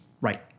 Right